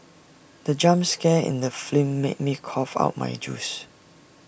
the jump scare in the film made me cough out my juice